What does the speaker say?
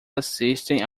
assistem